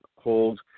hold